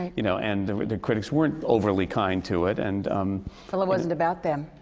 you know, and the the critics weren't overly kind to it. and well, it wasn't about them.